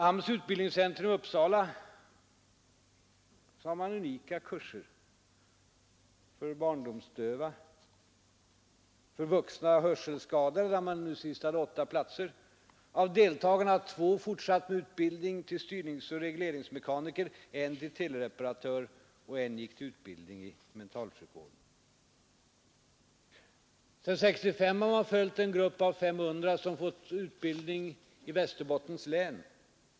AMS:s utbildningscentrum i Uppsala har unika kurser — för barndomsdöva och för vuxna hörselskadade, där man nu senast hade åtta platser. Av deltagarna har två fortsatt med utbildning till styrningsoch regleringsmekaniker, en till TV-reparatör och en med utbildning i mentalsjukvård. Sedan år 1965 har man följt en grupp på 500 människor som fått utbildning i Västerbottens län.